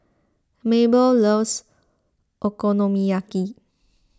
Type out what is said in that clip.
Mabelle loves Okonomiyaki